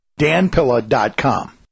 danpilla.com